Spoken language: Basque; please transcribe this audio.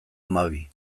hamabi